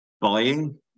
buying